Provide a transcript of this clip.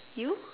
you